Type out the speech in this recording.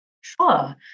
Sure